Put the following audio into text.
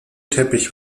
teppich